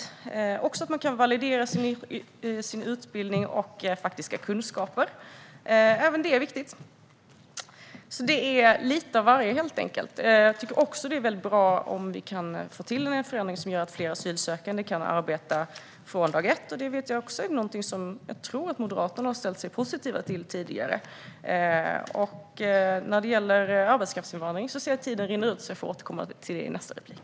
De behöver dessutom kunna validera sin utbildning och sina faktiska kunskaper. Det handlar om lite av varje. Jag tycker att det vore bra om vi kunde genomföra den förändring som gör att fler asylsökande kan arbeta från dag ett. Detta tror jag att Moderaterna tidigare har ställt sig positiva till. Frågan om arbetskraftsinvandring får jag återkomma till i min nästa replik.